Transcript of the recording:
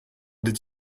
did